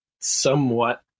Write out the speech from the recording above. somewhat